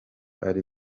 ari